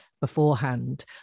beforehand